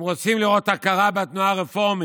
הם רוצים לראות הכרה בתנועה הרפורמית,